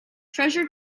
treasure